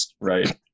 right